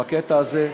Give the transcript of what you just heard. בקטע הזה.